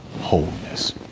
wholeness